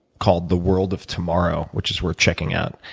called the world of tomorrow, which is worth checking out.